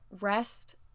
rest